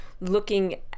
looking